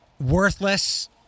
worthless